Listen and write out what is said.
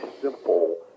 simple